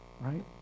right